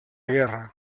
guerra